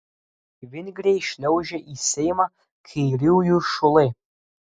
vingriai šliaužia į seimą kairiųjų šulai